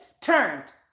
turned